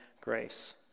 grace